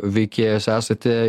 veikėjas esate